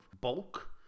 bulk